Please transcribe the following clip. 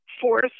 Fourth